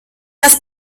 las